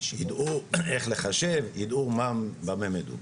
שיידעו איך לחשב, ידעו במה מדובר.